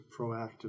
proactive